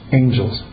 angels